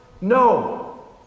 no